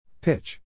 pitch